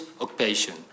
occupation